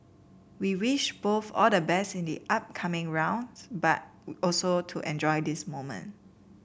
we wish both all the best in the upcoming rounds but also to enjoy this moment